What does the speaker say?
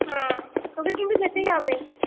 হ্যাঁ তোকে কিন্তু যেতেই হবে